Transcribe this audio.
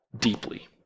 deeply